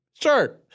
Sure